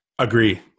Agree